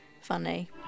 Funny